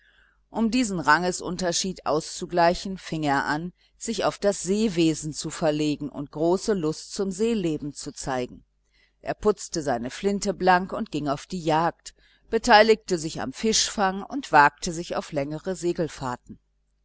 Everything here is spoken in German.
um diesen rangesunterschied auszugleichen fing er an sich auf das seewesen zu verlegen und große lust zum seeleben zu zeigen er putzte eine flinte blank und ging auf die jagd beteiligte sich am fischfang und wagte sich auf längere